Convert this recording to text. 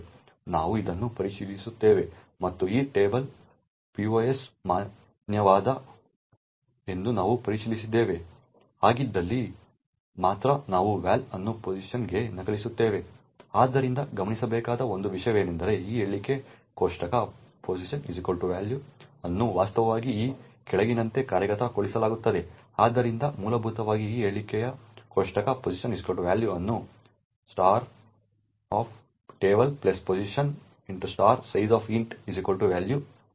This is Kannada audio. ನಾವು ಇದನ್ನು ಪರಿಶೀಲಿಸುತ್ತೇವೆ ಮತ್ತು ಈ ಟೇಬಲ್ಗೆ pos ಮಾನ್ಯವಾದ ಸೂಚ್ಯಂಕವೇ ಎಂದು ನಾವು ಪರಿಶೀಲಿಸಿದ್ದೇವೆ ಹಾಗಿದ್ದಲ್ಲಿ ಮಾತ್ರ ನಾವು val ಅನ್ನು pos ಗೆ ನಕಲಿಸುತ್ತೇವೆ ಆದ್ದರಿಂದ ಗಮನಿಸಬೇಕಾದ ಒಂದು ವಿಷಯವೆಂದರೆ ಈ ಹೇಳಿಕೆ ಕೋಷ್ಟಕpos val ಅನ್ನು ವಾಸ್ತವವಾಗಿ ಈ ಕೆಳಗಿನಂತೆ ಕಾರ್ಯಗತಗೊಳಿಸಲಾಗುತ್ತದೆ ಆದ್ದರಿಂದ ಮೂಲಭೂತವಾಗಿ ಈ ಹೇಳಿಕೆಯ ಕೋಷ್ಟಕpos val ಅನ್ನು ಟೇಬಲ್ pos sizeof val ಎಂದು ಅರ್ಥೈಸಲಾಗುತ್ತದೆ